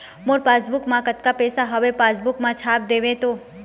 मोर passbook मा कतका पैसा हवे पासबुक मा छाप देव तो?